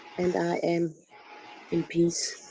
and i am in peace.